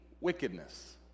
wickedness